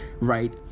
right